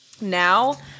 Now